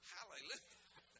Hallelujah